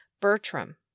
Bertram